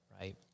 right